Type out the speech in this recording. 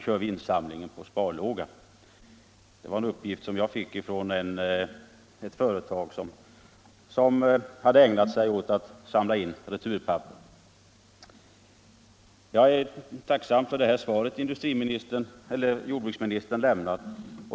kör vi insamlingen på sparlåga.” Jag är tacksam för det svar som jordbruksministern lämnat.